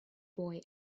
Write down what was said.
boy